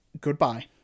Goodbye